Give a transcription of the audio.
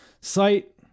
site